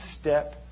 Step